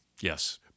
Yes